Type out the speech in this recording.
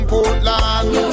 Portland